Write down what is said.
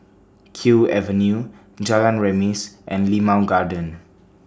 Kew Avenue Jalan Remis and Limau Garden